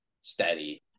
steady